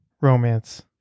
romance